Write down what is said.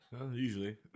Usually